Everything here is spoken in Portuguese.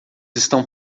estão